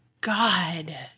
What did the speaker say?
God